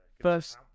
first